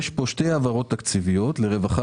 יש פה שתי העברות תקציביות לרווחה